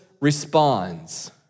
responds